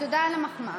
ותודה על המחמאה.